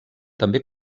també